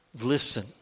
Listen